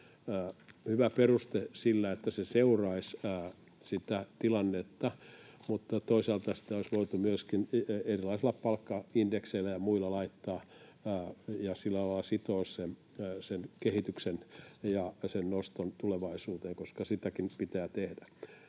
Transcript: Sinänsä sillä, että se seuraisi sitä tilannetta, voi olla hyvä peruste, mutta toisaalta sitä olisi voitu myöskin erilaisilla palkkaindekseillä ja muilla laittaa ja sillä lailla sitoa sen kehityksen ja sen noston tulevaisuuteen, koska sitäkin pitää tehdä.